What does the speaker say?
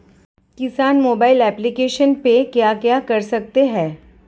किसान mobile application पे क्या क्या कर सकते हैं?